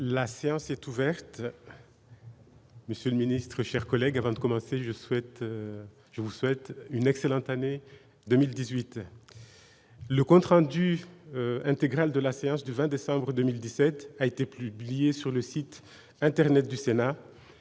La séance est ouverte. Monsieur le secrétaire d'État, mes chers collègues, avant toute chose, je vous souhaite une excellente année 2018 ! Le compte rendu intégral de la séance du 20 décembre 2017 a été publié sur le site internet du Sénat.